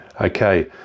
okay